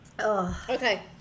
Okay